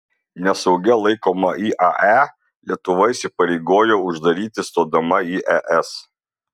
nesaugia laikomą iae lietuva įsipareigojo uždaryti stodama į es